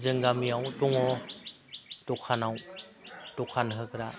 जोंनि गामियाव दंङ दखानाव दखान होग्रा